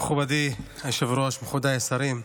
מכובדי היושב-ראש, מכובדיי השרים,